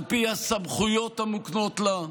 על פי הסמכויות המוקנות לה,